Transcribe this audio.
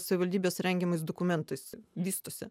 savivaldybės rengiamais dokumentais vystosi